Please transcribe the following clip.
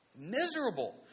Miserable